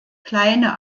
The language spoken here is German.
kleine